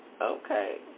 okay